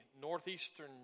northeastern